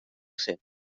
cent